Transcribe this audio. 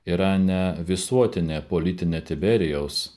yra ne visuotinė politinė tiberijaus